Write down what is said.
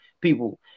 people